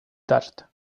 touched